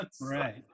Right